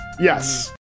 Yes